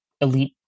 elite